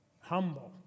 humble